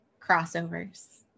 crossovers